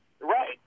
right